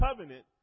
covenant